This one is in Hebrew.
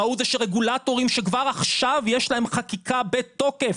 המהות זה שרגולטורים שכבר עכשיו יש להם חקיקה בתוקף,